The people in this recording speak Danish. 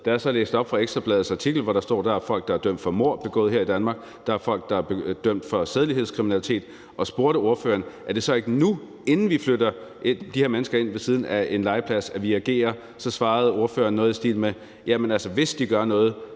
Da jeg så læste op fra Ekstra Bladets artikel, hvor der står, at der er folk, der er dømt for mord begået her i Danmark, at der er folk, der er dømt for sædelighedskriminalitet, og spurgte ordføreren, om det så ikke er nu, inden vi flytter de her mennesker ind ved siden af en legeplads, vi agerer, så svarede ordføreren noget i stil med: Jamen hvis de gør noget,